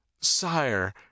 Sire